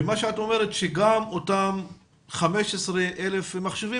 את אומרת שגם אותם 15,000 מחשבים,